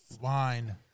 Wine